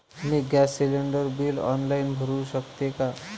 मी gas cylinder bill online भरु शकते का?